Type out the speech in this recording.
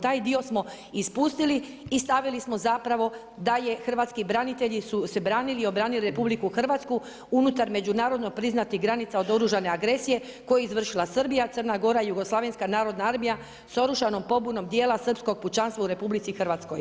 Taj dio smo ispustili i stavili smo zapravo da je je hrvatski branitelji su se branili i obranili RH unutar međunarodno priznatih granica od oružane agresije koju je izvršila Srbija, Crna Gora, jugoslavenska narodna armija sa oružanom pobunom dijela srpskog pučanstva u RH.